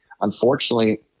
Unfortunately